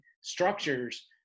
structures